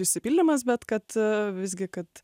išsipildymas bet kad visgi kad